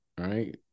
right